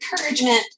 encouragement